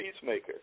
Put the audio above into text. peacemaker